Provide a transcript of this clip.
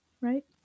Right